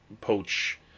poach